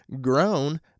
Grown